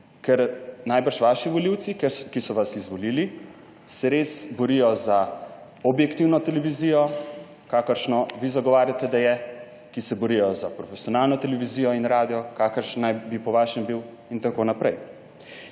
Ker najbrž vaši volivci, ki so vas izvolili, se res borijo za objektivno televizijo, kakršno vi zagovarjate, da je; ki se borijo za profesionalno televizijo in radio, kakršen naj bi po vašem bil, in tako naprej.